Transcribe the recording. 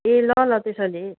ए ल ल त्यसो भने